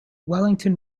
wellington